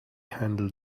handle